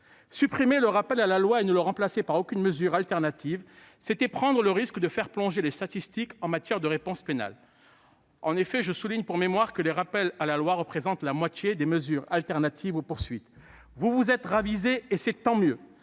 Supprimer le rappel à la loi et ne le remplacer par aucune mesure alternative, c'était prendre le risque de faire plonger les statistiques en matière de réponse pénale. C'est faux ! En effet, je souligne, pour mémoire, que les rappels à la loi représentent la moitié des mesures alternatives aux poursuites. Vous vous êtes ravisé et c'est tant mieux.